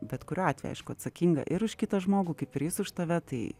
bet kuriuo atveju aišku atsakinga ir už kitą žmogų kaip ir jis už tave tai